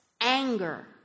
anger